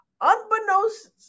unbeknownst